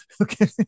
Okay